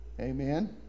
Amen